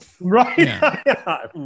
Right